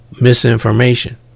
misinformation